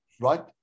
right